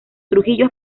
trujillo